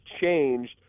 changed